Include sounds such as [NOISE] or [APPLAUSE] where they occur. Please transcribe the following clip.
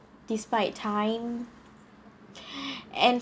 despite time [BREATH] and